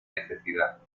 necesidad